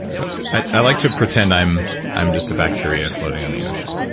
so i like to pretend i'm i'm just a bacteria floating on the ocean.